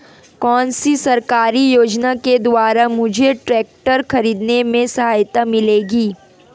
कौनसी सरकारी योजना के द्वारा मुझे ट्रैक्टर खरीदने में सहायता मिलेगी?